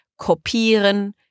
kopieren